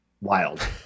wild